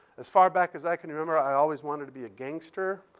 as far back as i can remember, i always wanted to be a gangster.